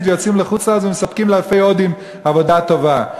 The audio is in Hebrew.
ויוצאים לחוץ-לארץ ומספקים לאלפי הודים עבודה טובה.